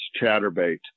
chatterbait